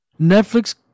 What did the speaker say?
Netflix